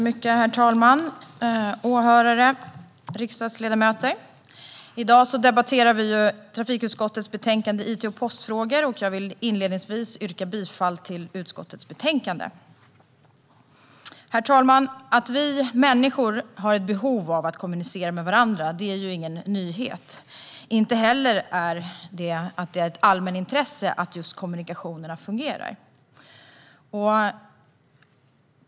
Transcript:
Herr talman, åhörare och riksdagsledamöter! I dag debatterar vi trafikutskottets betänkande It och postfrågor . Inledningsvis vill jag yrka bifall till utskottets förslag i betänkandet. Herr talman! Att vi människor har behov av att kommunicera med varandra är ingen nyhet, inte heller att det är ett allmänintresse att kommunikationen fungerar.